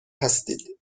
هستید